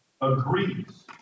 agrees